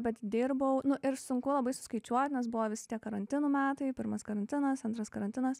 bet dirbau nu ir sunku labai suskaičiuot nes buvo visi tie karantinų metai ir pirmas karantinas antras karantinas